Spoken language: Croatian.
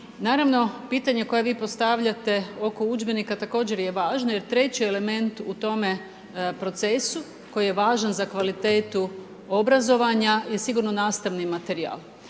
Naravno, pitanje koje vi postavljate oko udžbenika također je važno, jer 3 element u tome procesu, koji je važan za kvalitetu obrazovanja je sigurno nastavni materijal.